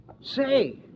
Say